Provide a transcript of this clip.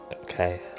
Okay